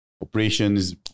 Operations